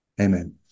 Amen